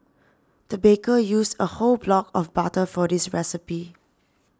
the baker used a whole block of butter for this recipe